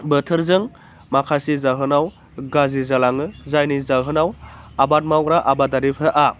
बोथोरजों माखासे जाहोनाव गाज्रि जालाङो जायनि जाहोनाव आबाद मावग्रा आबादारिफोरा